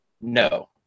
No